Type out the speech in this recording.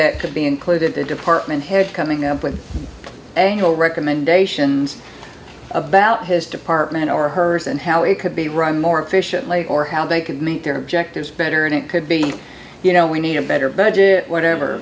that could be included the department head coming up with a whole recommendations about his department or hers and how it could be run more efficiently or how they could meet their objectives better and it could be you know we need a better budget whatever